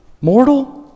mortal